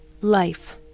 Life